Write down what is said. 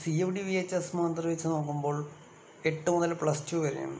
CMD VHS Mathur വെച്ച് നോക്കുമ്പോൾ എട്ടു മുതൽ പ്ലസ് ടു വരെയാണ്